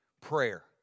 Prayer